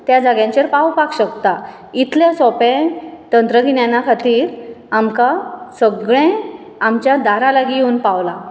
ते जाग्याचेर पावपाक शकता इतलें सोंपें तंत्रगिज्ञाना खातीर आमकां सगळें आमच्या दारा लागीं येवन पावलां